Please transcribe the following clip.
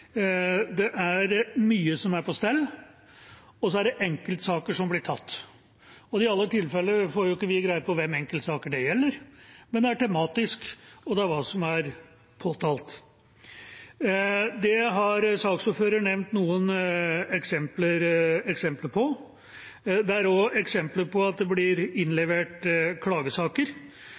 det er mye som er på stell, og så er det enkeltsaker som blir tatt. I alle tilfeller får vi ikke greie på hvilke enkeltsaker det gjelder. Men det er tematisk, og det er hva som er påtalt. Det har saksordføreren nevnt noen eksempler på. Det er også eksempler på at det blir innlevert klagesaker,